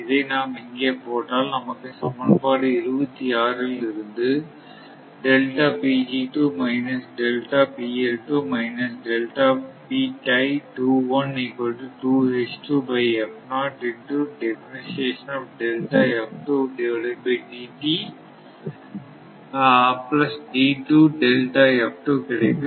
இதை நாம் இங்கே போட்டால் நமக்கு சமன்பாடு 26 ல் இருந்து கிடைக்கும்